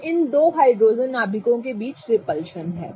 तो इन दो हाइड्रोजन नाभिकों के बीच रिपल्शन है